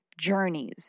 journeys